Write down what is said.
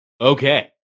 okay